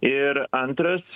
ir antras